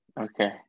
Okay